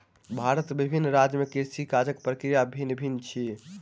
भारतक विभिन्न राज्य में कृषि काजक प्रक्रिया भिन्न भिन्न अछि